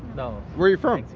no where you from?